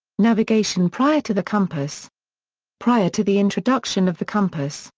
navigation prior to the compass prior to the introduction of the compass,